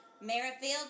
Merrifield